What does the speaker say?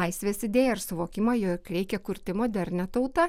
laisvės idėją ir suvokimą jog reikia kurti modernią tautą